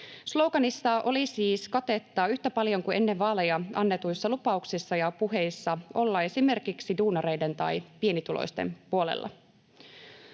Sloganissa oli siis katetta yhtä paljon kuin ennen vaaleja annetuissa lupauksissa ja puheissa olla esimerkiksi duunareiden tai pienituloisten puolella.